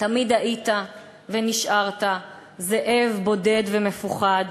תמיד היית ונשארת זאב בודד ומפוחד,